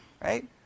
Right